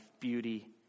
beauty